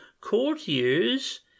courtiers